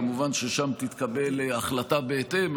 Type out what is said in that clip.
כמובן ששם תתקבל החלטה בהתאם,